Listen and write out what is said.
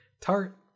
tart